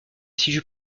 situe